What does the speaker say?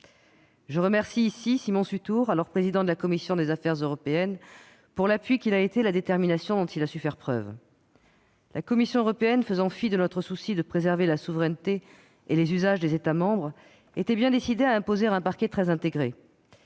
Je remercie Simon Sutour, qui était alors président de la commission des affaires européennes, pour son appui et la détermination dont il a su faire preuve. La Commission européenne, faisant fi de notre souci de préserver la souveraineté et les usages des États membres, était bien décidée à imposer la création d'un parquet très intégré.